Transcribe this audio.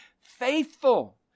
faithful